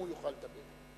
גם הוא יוכל לדבר.